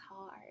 hard